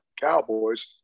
cowboys